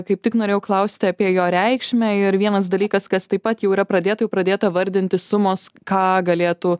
kaip tik norėjau klausti apie jo reikšmę ir vienas dalykas kas taip pat jau yra pradėta jau pradėta vardinti sumos ką galėtų